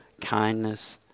kindness